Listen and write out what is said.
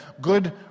good